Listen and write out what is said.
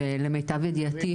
למיטב ידיעתי,